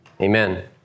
amen